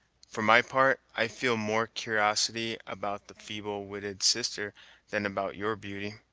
for my part, i feel more cur'osity about the feeble-witted sister than about your beauty.